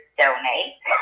donate